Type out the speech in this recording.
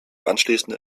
anschließend